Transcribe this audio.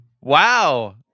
wow